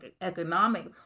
economic